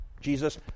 Jesus